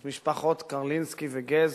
את משפחות קרלינסקי וגז